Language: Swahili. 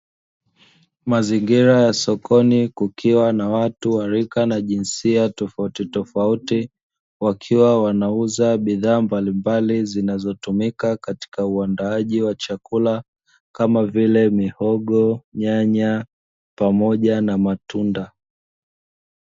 Mazingira ya sokoni kukiwa na watu wa rika na jinsia tofauti tofauti wakiwa wanauza bidhaa mbalimbali zinazotumika katika uandaaji wa chakula kama vile mihogo, nyanya, pamoja na matunda.